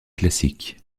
classique